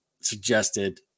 suggested